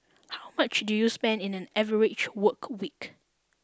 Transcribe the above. how much do you spend in an average work week